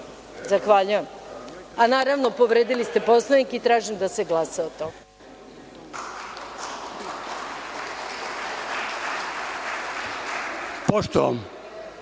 Zahvaljujem. Naravno, povredili ste Poslovnik i tražim da se glasa o tome.